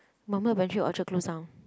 Orchard closed down